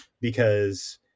because-